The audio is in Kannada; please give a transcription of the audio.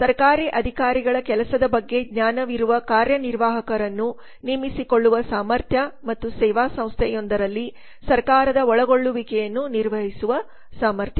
ಸರ್ಕಾರಿ ಅಧಿಕಾರಿಗಳ ಕೆಲಸದ ಬಗ್ಗೆ ಜ್ಞಾನವಿರುವ ಕಾರ್ಯನಿರ್ವಾಹಕರನ್ನು ನೇಮಿಸಿಕೊಳ್ಳುವ ಸಾಮರ್ಥ್ಯ ಮತ್ತು ಸೇವಾ ಸಂಸ್ಥೆಯೊಂದರಲ್ಲಿ ಸರ್ಕಾರದ ಒಳಗೊಳ್ಳುವಿಕೆಯನ್ನು ನಿರ್ವಹಿಸುವ ಸಾಮರ್ಥ್ಯ